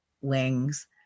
wings